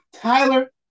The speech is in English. Tyler